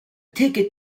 ticket